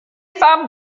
femmes